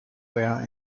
wear